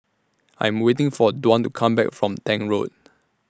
I Am waiting For Dwan to Come Back from Tank Road